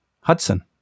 Hudson